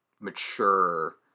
mature